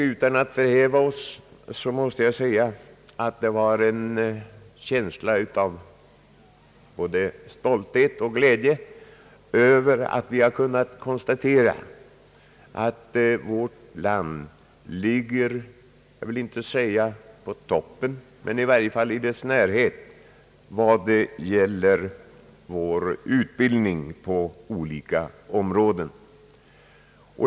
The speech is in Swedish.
Utan att förhäva oss måste jag säga att vi med en känsla av stolthet och glädje kunde konstatera att vårt land ligger — jag vill inte säga på toppen men i varje fall i dess närhet vad det gäller vår utbildning på olika områden.